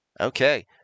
Okay